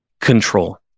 Control